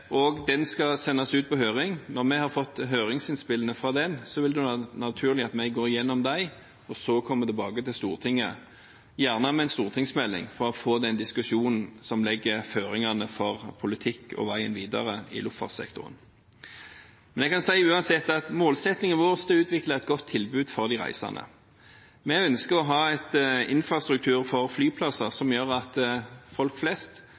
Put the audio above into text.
og den skal sendes ut på høring. Når vi har fått høringsinnspillene, vil det være naturlig at vi går gjennom dem, og så kommer tilbake til Stortinget, gjerne med en stortingsmelding, for å få den diskusjonen som legger føringene for politikken og veien videre i luftfartssektoren. Men jeg kan si uansett at målsettingen vår er å utvikle et godt tilbud for de reisende. Vi ønsker å ha en infrastruktur for flyplasser som gjør at folk flest